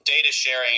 data-sharing